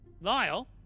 Lyle